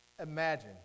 Imagine